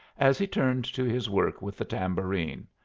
as he turned to his work with the tambourine.